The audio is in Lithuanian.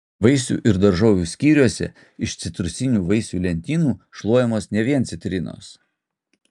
vaisių ir daržovių skyriuose iš citrusinių vaisių lentynų šluojamos ne vien citrinos